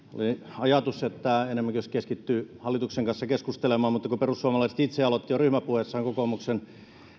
ajatus että enemmänkin jos keskittyisi hallituksen kanssa keskustelemaan mutta kun perussuomalaiset itse aloittivat jo ryhmäpuheessaan kokoomuksen